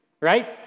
right